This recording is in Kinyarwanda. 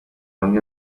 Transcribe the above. bamwe